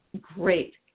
great